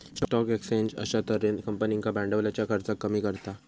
stock exchange अश्या तर्हेन कंपनींका भांडवलाच्या खर्चाक कमी करता